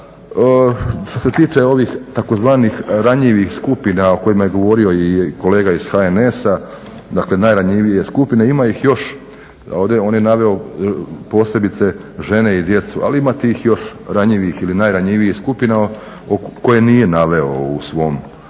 što se tiče ovih takozvanih ranjivih skupina o kojima je govorio i kolega iz HNS-a, dakle najranjivije skupine ima ih još, on je naveo posebice žene i djecu ali ima tih još ranjivih ili najranjivijih skupina koje nije naveo u svom